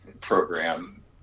program